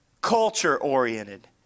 culture-oriented